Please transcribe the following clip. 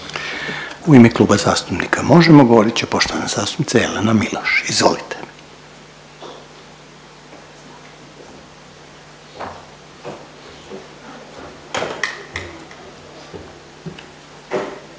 U ime Kluba zastupnika Možemo!, govorit će poštovana zastupnica Jelena Miloš. Izvolite.